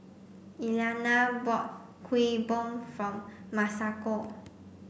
Eliana bought Kuih Bom from Masako